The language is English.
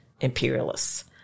imperialists